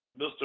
Mr